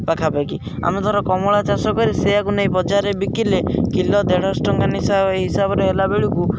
ପାଖାପାଖି ଆମେ ଧର କମଳା ଚାଷ କରି ସେୟାକୁ ନେଇ ବଜାରରେ ବିକିଲେ କିଲୋ ଦେଢ଼ଶହ ଟଙ୍କା ଏଇ ହିସାବରେ ହେଲା ବେଳକୁ